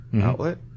outlet